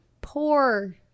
poor